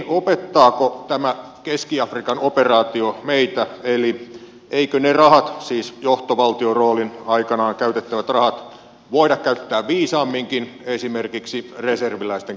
opettaako tämä keski afrikan operaatio meitä eli eikö ne rahat siis johtovaltiorooliin aikanaan käytettävät rahat voida käyttää viisaamminkin esimerkiksi reserviläisten kertausharjoituksiin